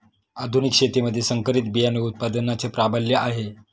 आधुनिक शेतीमध्ये संकरित बियाणे उत्पादनाचे प्राबल्य आहे